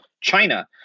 China